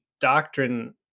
doctrine